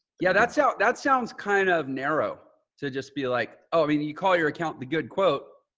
yeah. that so that sounds kind of narrow to just be like, oh, i mean, you call your account. the good quote.